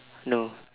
no